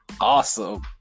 Awesome